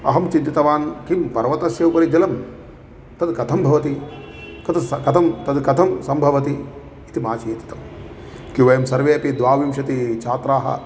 अहं चिन्तितवान् किं पर्वतस्य उपरि जलं तत् कथं भवति तत् स् कथं तत् कथं सम्भवति इति मा चेतितं किं वयं सर्वेपि द्वाविंशति छात्राः